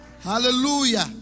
hallelujah